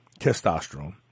testosterone